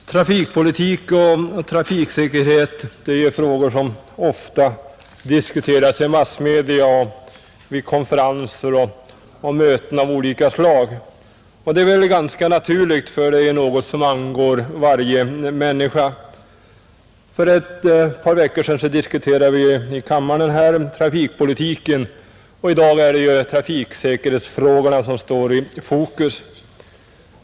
Herr talman! Trafikpolitik och trafiksäkerhet är frågor som ofta diskuteras i massmedia och vid konferenser och möten av olika slag. Det är helt naturligt, för det är något som angår varje människa. För ett par veckor sedan diskuterade vi här i kammaren trafikpolitiken, och i dag är det trafiksäkerhetsfrågorna som är i fokus.